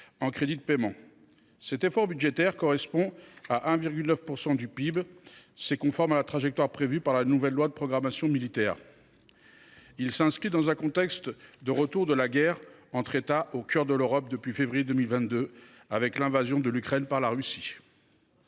en crédits de paiement. Cet effort budgétaire, correspondant à 1,9 % du PIB, est conforme à la trajectoire prévue par la nouvelle loi de programmation militaire. Il s’inscrit dans un contexte de retour de la guerre entre États en Europe à la suite de l’invasion de l’Ukraine par la Russie,